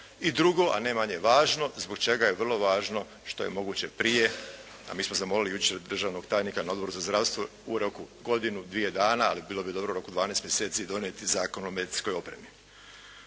I drugo, a ne manje važno, zbog čega je vrlo važno što je moguće prije, a mi smo zamolili jučer državnog tajnika na Odboru za zdravstvo u roku godinu-dvije dana, ali bilo bi dobro u roku 12 mjeseci donijeti Zakon o medicinskoj opremi.